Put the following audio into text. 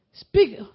Speak